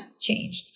changed